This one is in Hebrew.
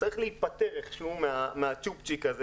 צריך להיפטר איכשהו מהצ'ופצ'יק הזה,